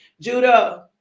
Judah